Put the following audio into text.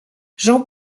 jean